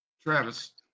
Travis